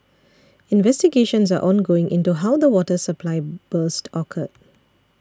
investigations are ongoing into how the water supply burst occurred